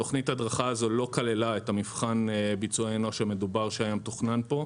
תוכנית ההדרכה הזו לא כללה את מבחן ביצועי האנוש המדובר שהיה מתוכנן פה.